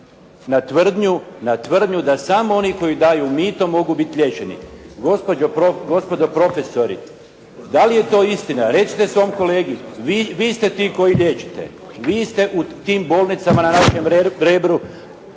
Na tvrdnju da smo oni koji daju mito mogu biti liječeni. Gospodo profesori da li je to istina? Recite svom kolegi, vi ste ti koji liječiti, vi ste u tim bolnicama na našem "Rebru"